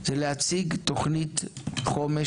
זה להציג תוכנית חומש,